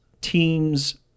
teams